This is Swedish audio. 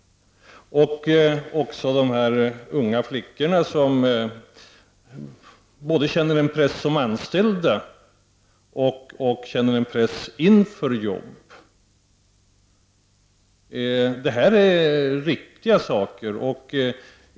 De unga flickorna vid dessa företag känner både en press som anställda och en press inför jobb. Det här är viktiga saker.